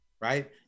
Right